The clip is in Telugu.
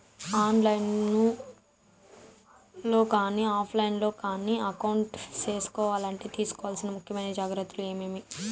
ఆన్ లైను లో కానీ ఆఫ్ లైను లో కానీ అకౌంట్ సేసుకోవాలంటే తీసుకోవాల్సిన ముఖ్యమైన జాగ్రత్తలు ఏమేమి?